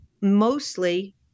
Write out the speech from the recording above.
mostly